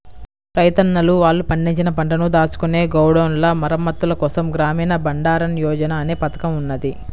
రైతన్నలు వాళ్ళు పండించిన పంటను దాచుకునే గోడౌన్ల మరమ్మత్తుల కోసం గ్రామీణ బండారన్ యోజన అనే పథకం ఉన్నది